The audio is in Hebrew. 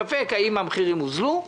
ספֵק האם המחירים הוזלו,